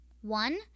one